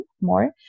more